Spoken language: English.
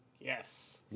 yes